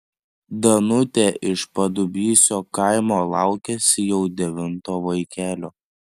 danutė iš padubysio kaimo laukiasi jau devinto vaikelio